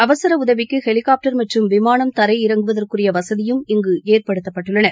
அவசர உதவிக்கு ஹெலிகாப்டர் மற்றும் விமானம் தரையில் இறங்குவதற்குரிய வசதியும் இங்கு ஏற்படுத்தப்பட்டுள்ளன